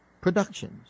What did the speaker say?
Productions